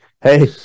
Hey